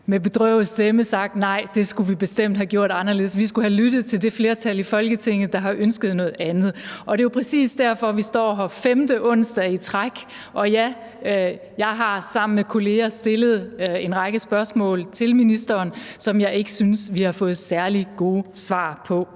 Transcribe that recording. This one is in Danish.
med bedrøvet stemme havde sagt: Nej, det skulle vi bestemt have gjort anderledes; vi skulle have lyttet til det flertal i Folketinget, der ønskede noget andet. Det er præcis derfor, vi står her femte onsdag i træk, og ja, jeg har sammen med kollegaer stillet en række spørgsmål til ministeren, som jeg ikke synes vi har fået særlig gode svar på,